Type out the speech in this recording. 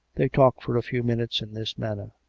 they talked for a few minutes in this manner.